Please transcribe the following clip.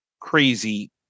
crazy